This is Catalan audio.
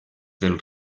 del